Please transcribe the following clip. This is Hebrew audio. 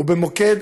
ובמוקד,